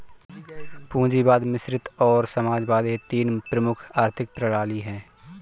पूंजीवाद मिश्रित और समाजवाद यह तीन प्रमुख आर्थिक प्रणाली है